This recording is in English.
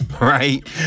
right